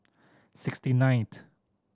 sixty ninth